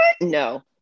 No